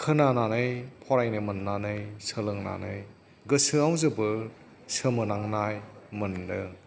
खोनानानै फरायनो मोननानै सोलोंनानै गोसोआव जोबोत सोमोनांनाय मोनदों